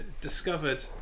Discovered